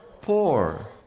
poor